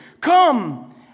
Come